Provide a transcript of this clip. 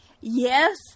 yes